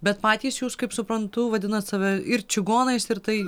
bet patys jūs kaip suprantu vadinat save ir čigonais ir tai